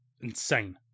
insane